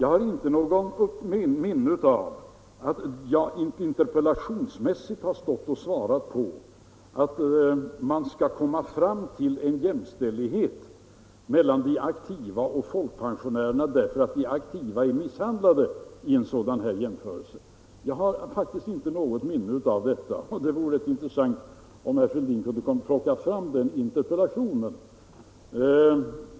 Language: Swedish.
Jag har inte något minne av att jag i något interpellationssvar skulle ha sagt att man bör komma fram till en jämställdhet mellan de aktiva och folkpensionärerna eftersom de aktiva är missgynnade. Jag har faktiskt inte något minne av detta, och det vore intressant om herr Fälldin kunde plocka fram det interpellationssvaret.